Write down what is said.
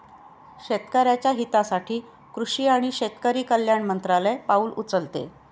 शेतकऱ्याच्या हितासाठी कृषी आणि शेतकरी कल्याण मंत्रालय पाउल उचलते